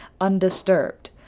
undisturbed